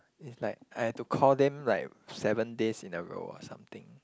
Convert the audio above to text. it's like I have to call them like seven days in a row or something